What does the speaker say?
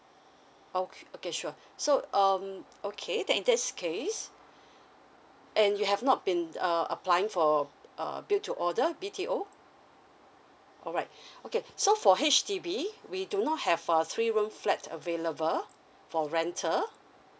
okay okay sure so um okay then in this case and you have not been uh applying for uh build to order B_T_O alright okay so for H_D_B we do not have a three room flat available for rental